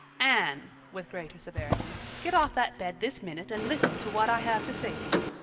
anne, with greater severity get off that bed this minute and listen to what i have to say to you.